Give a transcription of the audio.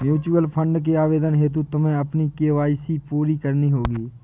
mutual fund के आवेदन हेतु तुम्हें अपनी के.वाई.सी पूरी करनी होगी